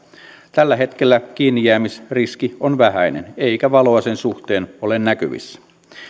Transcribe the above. tällä hetkellä kiinnijäämisriski on vähäinen eikä valoa sen suhteen ole näkyvissä